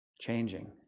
changing